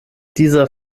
dieser